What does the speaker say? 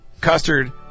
custard